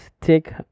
take